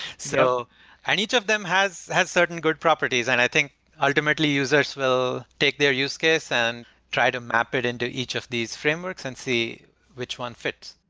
so and each of them has has certain good properties, and i think ultimately users will take their use-case and try to map it into each of these frameworks and see which one fits.